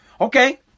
Okay